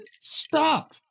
Stop